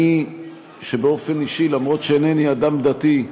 אני שבאופן אישי, למרות שאינני אדם דתי,